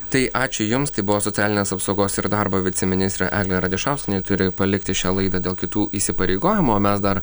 tai ačiū jums tai buvo socialinės apsaugos ir darbo viceministrė eglė radišauskienė ji turi palikti šią laidą dėl kitų įsipareigojimų o mes dar